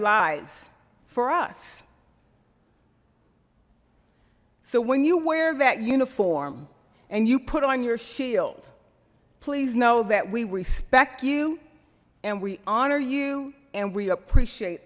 lives for us so when you wear that uniform and you put on your shield please know that we respect you and we honor you and we appreciate